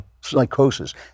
psychosis